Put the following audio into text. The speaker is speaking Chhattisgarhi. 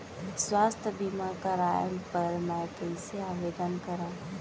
स्वास्थ्य बीमा करवाय बर मैं कइसे आवेदन करव?